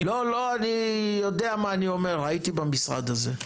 לא, אני יודע מה אני אומר, הייתי במשרד הזה.